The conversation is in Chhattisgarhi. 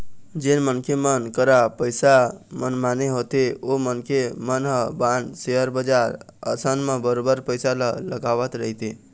जेन मनखे मन करा पइसा मनमाने होथे ओ मनखे मन ह बांड, सेयर बजार असन म बरोबर पइसा ल लगावत रहिथे